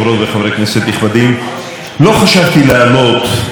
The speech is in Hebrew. אבל אני רוצה לדבר על משהו שבזמן האחרון,